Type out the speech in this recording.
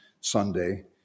Sunday